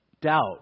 doubt